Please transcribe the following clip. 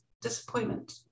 disappointment